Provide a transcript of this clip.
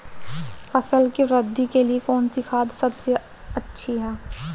फसल की वृद्धि के लिए कौनसी खाद सबसे अच्छी है?